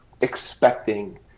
expecting